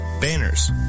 banners